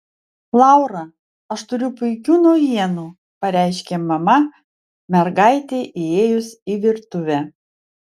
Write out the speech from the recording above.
laura aš turiu puikių naujienų pareiškė mama mergaitei įėjus į virtuvę